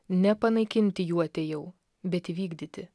ne panaikinti jų atėjau bet įvykdyti